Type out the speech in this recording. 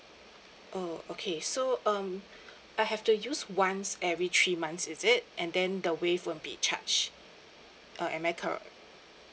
oh okay so um I have to use once every three months is it and then the waive won't be charged uh am I corre~